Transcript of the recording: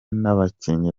n’abakinnyi